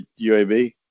UAB